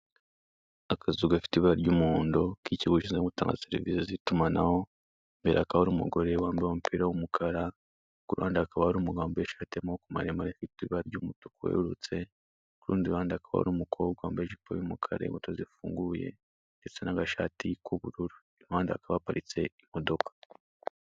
Akazu gafite ibara ry'umuhondo k'ikigo gishinzwe gutanga serivise z'itumanaho imbere hakaba hari umugore wambaye umupira w'umukara, kuruhande hakaba hari umuntu wambaye ishati y'amaboko maremare ifite ibara ry'umutuku werurutse, kurundi ruhande hakaba hari umukobwa wambaye ijipo y'umukara, inkweto zifunguye ndetse n'agashati kubururu impande hakaba haparitse imodoka.